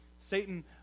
Satan